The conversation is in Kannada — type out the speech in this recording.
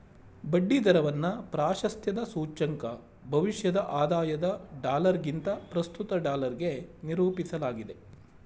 ಬಡ್ಡಿ ದರವನ್ನ ಪ್ರಾಶಸ್ತ್ಯದ ಸೂಚ್ಯಂಕ ಭವಿಷ್ಯದ ಆದಾಯದ ಡಾಲರ್ಗಿಂತ ಪ್ರಸ್ತುತ ಡಾಲರ್ಗೆ ನಿರೂಪಿಸಲಾಗಿದೆ